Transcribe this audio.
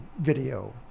video